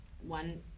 one